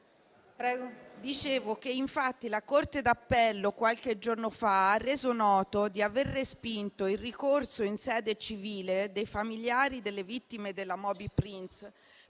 Livorno. La corte d'appello qualche giorno fa ha infatti reso noto di aver respinto il ricorso in sede civile dei familiari delle vittime della Moby Prince